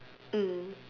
mm